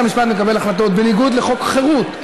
שבית המשפט מקבל החלטות בניגוד לחוק חרות,